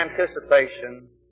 anticipation